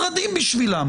עוד.